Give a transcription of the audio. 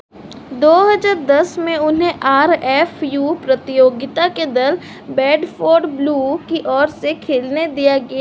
दो हजार दस में उन्हें आर एफ़ यू प्रतियोगिता के दल बेडफ़ोर्ड ब्लू की ओर से खेलने दिया गया